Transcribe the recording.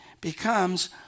becomes